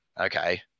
okay